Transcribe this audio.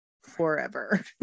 forever